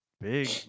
big